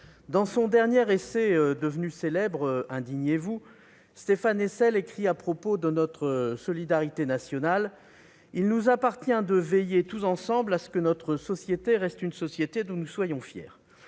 dans son dernier essai, devenu célèbre,, Stéphane Hessel écrit à propos de notre solidarité nationale :« Il nous appartient de veiller tous ensemble à ce que notre société reste une société dont nous soyons fiers.